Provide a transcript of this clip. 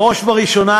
בראש ובראשונה,